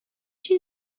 you